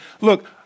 look